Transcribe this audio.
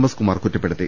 S Kumar കുറ്റപ്പെടുത്തി